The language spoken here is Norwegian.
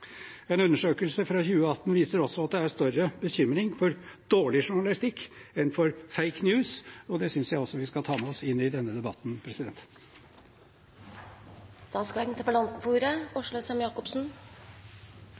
En undersøkelse fra 2018 viser også at det er større bekymring for dårlig journalistikk enn for «fake news». Det synes jeg også vi skal ta med oss inn i denne debatten.